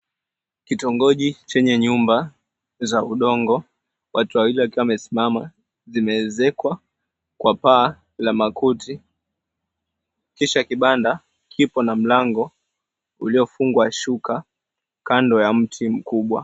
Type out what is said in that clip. Kitongoji chenye nyumba za udongo, watu wawili wakiwa wamesimama, zimeezekwa kwa paa la makuti. Kisha kibanda kipo na mlango uliofungwa shuka kando ya mti mkubwa.